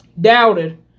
doubted